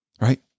Right